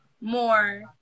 more